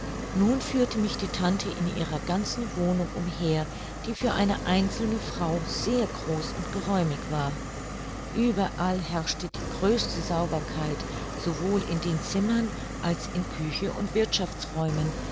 nun führte mich die tante in ihrer ganzen wohnung umher die für eine einzelne frau sehr groß und geräumig war ueberall herrschte die größte sauberkeit sowohl in den zimmern als in küche und wirthschaftsräumen